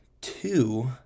two